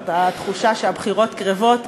לנוכח התחושה שהבחירות קרבות,